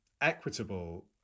equitable